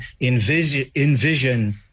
envision